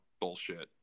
bullshit